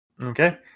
Okay